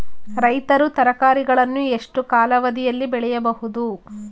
ರೈತರು ತರಕಾರಿಗಳನ್ನು ಎಷ್ಟು ಕಾಲಾವಧಿಯಲ್ಲಿ ಬೆಳೆಯಬಹುದು?